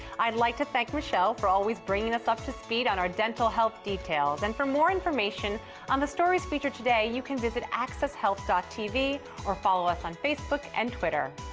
i'd like to thank michelle for always bringing us up to speed on our dental health details. and for more information on the stories featured today, you can visit accesshealth tv or follow us on facebook and twitter.